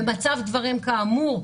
במצב דברים כאמור,